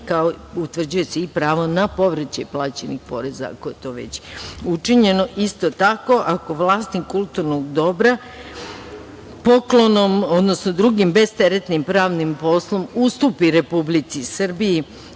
i utvrđuje se pravo na povraćaj plaćenih poreza, ako je to već učinjeno. Isto tako, ako vlasnik kulturnog dobra poklonom, odnosno drugim besteretnim pravnim poslom ustupi Republici Srbiji,